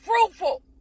fruitful